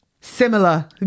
Similar